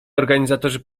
organizatorzy